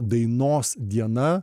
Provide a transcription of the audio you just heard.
dainos diena